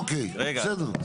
אוקיי, בסדר.